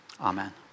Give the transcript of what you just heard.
Amen